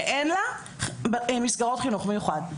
שאין לה מסגרות חינוך מיוחד?